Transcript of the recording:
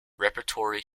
repertory